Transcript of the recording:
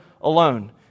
alone